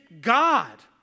God